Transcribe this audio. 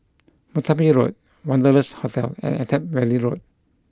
Merpati Road Wanderlust Hotel and Attap Valley Road